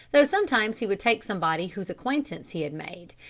though sometimes he would take somebody whose acquaintance he had made,